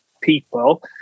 people